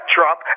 Trump